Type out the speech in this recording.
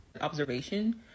Observation